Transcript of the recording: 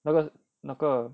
那个那个